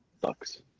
sucks